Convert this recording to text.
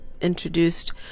introduced